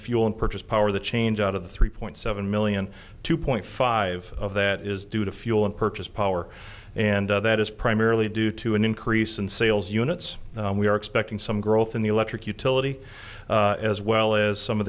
fuel and purchase power the change out of the three point seven million two point five that is due to fuel and purchase power and that is primarily due to an increase in sales units we are expecting some growth in the electric utility as well as some of